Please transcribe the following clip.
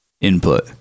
input